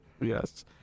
Yes